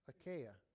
Achaia